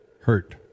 Hurt